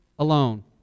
alone